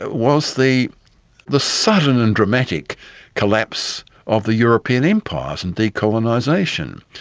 was the the sudden and dramatic collapse of the european empires, and decolonisation.